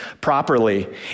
properly